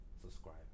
Subscribe